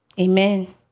amen